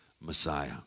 Messiah